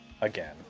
again